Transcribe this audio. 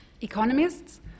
Economists